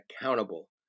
accountable